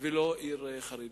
ולא עיר חרדית.